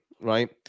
right